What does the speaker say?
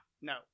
No